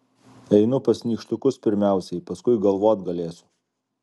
einu pas nykštukus pirmiausiai paskui galvot galėsiu